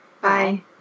Bye